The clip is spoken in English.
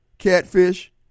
catfish